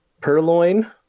Purloin